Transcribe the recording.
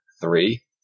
three